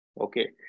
Okay